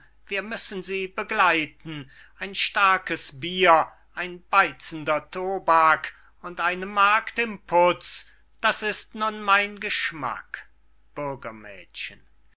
wir müssen sie begleiten ein starkes bier ein beizender toback und eine magd im putz das ist nun mein geschmack